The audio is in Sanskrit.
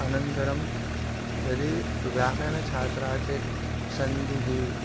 अनन्तरं यदि व्याकरणछात्रः चेत् सन्धिः